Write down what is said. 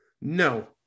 No